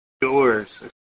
Doors